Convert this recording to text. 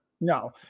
No